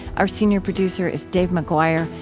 our senior producer is dave mcguire.